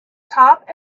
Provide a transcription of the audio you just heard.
top